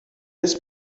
this